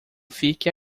fique